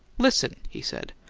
listen! he said.